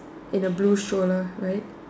and the blue shoulder right